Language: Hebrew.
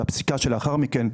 ובפסיקה שלאחר מכן,